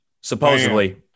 Supposedly